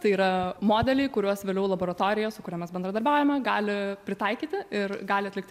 tai yra modeliai kuriuos vėliau laboratorija su kuria mes bendradarbiaujame gali pritaikyti ir gali atlikti